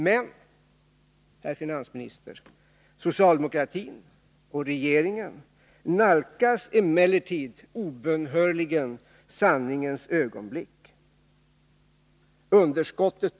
Men, herr finansminister, socialdemokratin och regeringen nalkas obönhörligen sanningens ögonblick.